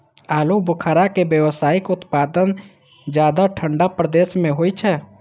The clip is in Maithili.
आलू बुखारा के व्यावसायिक उत्पादन ज्यादा ठंढा प्रदेश मे होइ छै